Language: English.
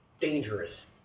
dangerous